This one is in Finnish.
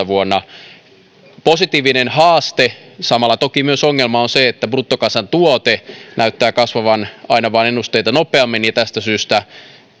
vuonna kaksituhattakuusitoista positiivinen haaste samalla toki myös ongelma on se että bruttokansantuote näyttää kasvavan aina vain ennusteita nopeammin ja tästä syystä